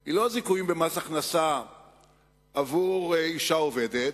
היא לא הזיכויים במס הכנסה עבור אשה עובדת,